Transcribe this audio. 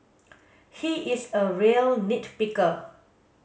he is a real nit picker